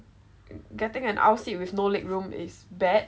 getting an aisle seat with no leg room is bad